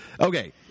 Okay